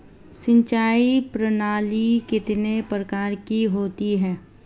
सिंचाई प्रणाली कितने प्रकार की होती है?